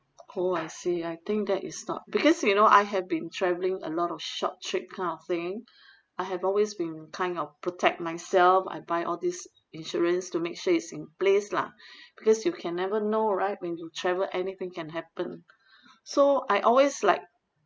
oh I see I think that is not because you know I had been travelling a lot of short trip kind of thing I have always been kind of protect myself I buy all these insurance to make sure it's in place lah because you can never know right when you travel anything can happen so I always like